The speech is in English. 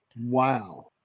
Wow